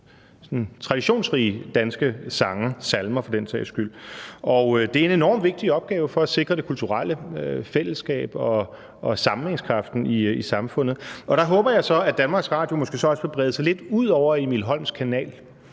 traditionsrige danske sange og salmer for den sags skyld. Det er en enormt vigtig opgave for at sikre det kulturelle fællesskab og sammenhængskraften i samfundet. Og der håber jeg så, at DR måske også vil brede sig lidt ud over Emil Holms Kanal.